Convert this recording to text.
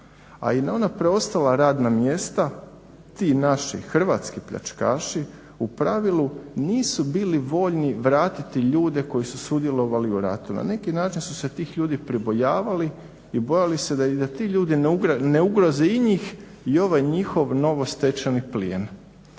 A i na ona preostala radna mjesta ti naši hrvatski pljačkaši u pravilu nisu bili voljni vratiti ljude koji su sudjelovali u ratu, na neki način su se tih ljudi pribojavali i bojali se da i ti ljudi ne ugroze i njih i ovaj njihov novostečeni plijen.